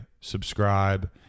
subscribe